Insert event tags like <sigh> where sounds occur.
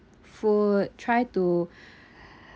food try to <breath>